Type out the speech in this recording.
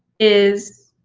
is